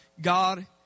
God